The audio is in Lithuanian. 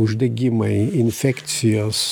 uždegimai infekcijos